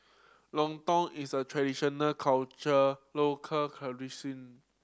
lontong is a traditional local